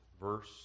verse